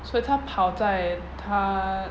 所以她跑在她